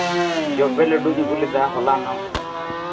ᱡᱚᱵᱮ ᱞᱟᱹᱰᱩᱧ ᱟᱹᱜᱩ ᱞᱮᱫᱟ ᱦᱚᱞᱟᱱᱚᱜ